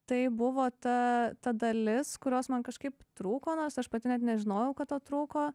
tai buvo ta ta dalis kurios man kažkaip trūko nors aš pati net nežinojau kad to trūko